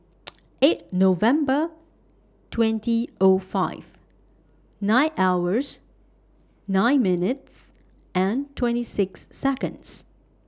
eight November twenty O five nine hours nine minutes and twenty six Seconds